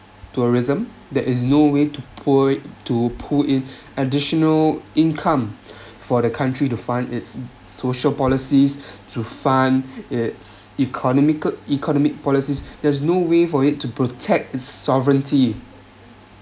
tourism there is no way to pour to pull in additional income for the country to fund its social policies to fund its economical economic policies there's no way for it to protect its sovereignty